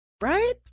Right